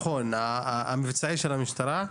הביטחון המבצעי של המשטרה.